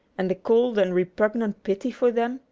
and the cold and repugnant pity for them,